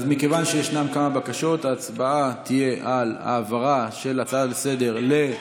אז מכיוון שיש כמה בקשות ההצבעה תהיה על העברה של ההצעה לסדר-היום,